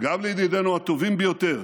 וגם לידידינו הטובים ביותר